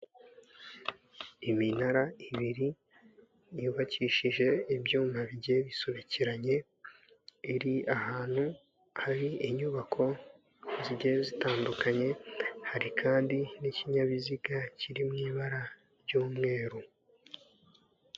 Iminara ibiri, yubakishije ibyuma bigiyebisobekeranye, iri ahantu hari inyubako zigiye zitandukanye, hari kandi n'ikinyabiziga kiri mu ibara ry'umweru.